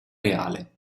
reale